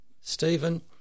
Stephen